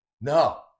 No